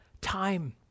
time